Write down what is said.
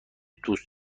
دوست